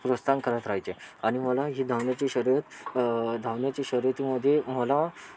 प्रोत्साहन करत राहायचे आणि मला ही धावण्याची शर्यत धावण्याची शर्यतीमध्ये मला